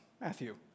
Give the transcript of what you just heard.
Matthew